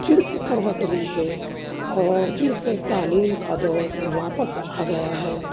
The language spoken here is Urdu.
پھر سے کروٹ لی ہے اور پھر سے تعلیم کا دور واپس آ گیا ہے